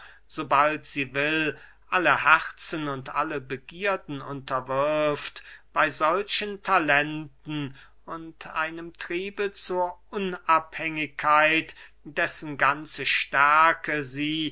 bald sie will alle herzen und alle begierden unterwirft bey solchen talenten und einem triebe zur unabhängigkeit dessen ganze stärke sie